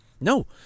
no